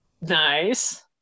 Nice